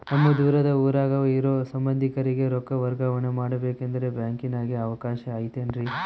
ನಮ್ಮ ದೂರದ ಊರಾಗ ಇರೋ ಸಂಬಂಧಿಕರಿಗೆ ರೊಕ್ಕ ವರ್ಗಾವಣೆ ಮಾಡಬೇಕೆಂದರೆ ಬ್ಯಾಂಕಿನಾಗೆ ಅವಕಾಶ ಐತೇನ್ರಿ?